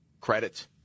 Credit